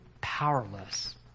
powerless